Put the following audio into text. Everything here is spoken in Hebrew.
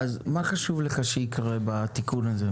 מה חשוב לך שיקרה בתיקון הזה?